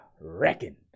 Reckon